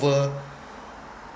over